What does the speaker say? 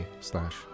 slash